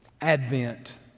Advent